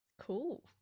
cool